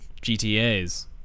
GTAs